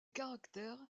caractères